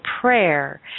prayer